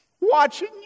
Watching